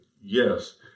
Yes